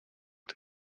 but